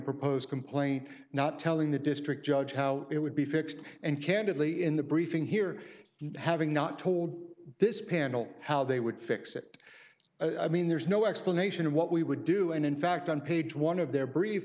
proposed complaint not telling the district judge how it would be fixed and candidly in the briefing here having not told this panel how they would fix it i mean there's no explanation of what we would do and in fact on page one of their brief